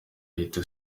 ahita